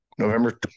November